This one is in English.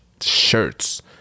shirts